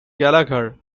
gallagher